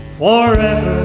forever